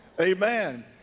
Amen